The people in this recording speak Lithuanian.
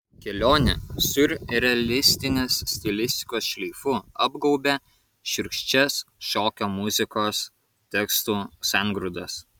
kelionė siurrealistinės stilistikos šleifu apgaubia šiurkščias šokio muzikos tekstų sangrūdas